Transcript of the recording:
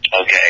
okay